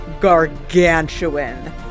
gargantuan